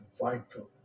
vital